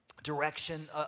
Direction